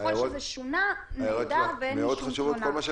ככל שזה שונה, נהדר, ואין לי שום תלונה.